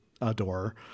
adore